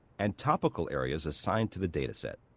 and topical areas assigned to the data set.